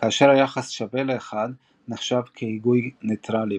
כאשר היחס שווה לאחד נחשב כהיגוי נייטרלי,